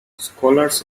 scholars